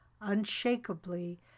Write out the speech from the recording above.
unshakably